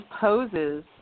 poses